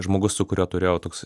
žmogus su kuriuo turėjau toks